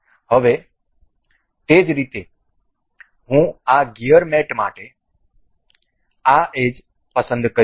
હવે તે જ રીતે હું આ ગિયર મેટ માટે આ એજ પસંદ કરીશ